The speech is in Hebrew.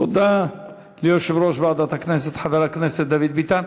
תודה ליושב-ראש ועדת הכנסת חבר הכנסת דוד ביטן.